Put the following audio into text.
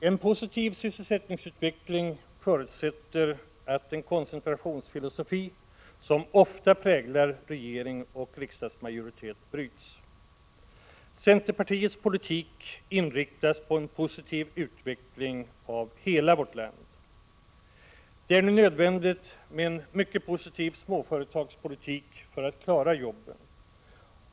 En positiv sysselsättningsutveckling förutsätter att den koncentrationsfilosofi som ofta präglar regering och riksdagsmajoritet bryts. Centerpartiets politik inriktas på en positiv utveckling av hela vårt land. Det är nu nödvändigt med en mycket positiv småföretagspolitik för att klara jobben.